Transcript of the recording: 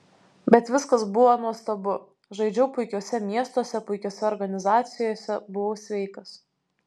bet viskas buvo nuostabu žaidžiau puikiuose miestuose puikiose organizacijose buvau sveikas